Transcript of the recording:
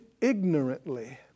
ignorantly